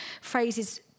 phrases